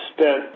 spent